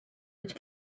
which